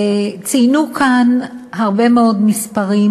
ציינו כאן הרבה מאוד מספרים.